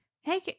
Hey